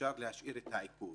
אפשר להשאיר את העיקול